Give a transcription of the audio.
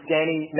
Danny